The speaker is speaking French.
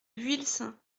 vuillecin